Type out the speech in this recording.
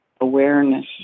awareness